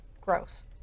Gross